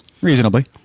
reasonably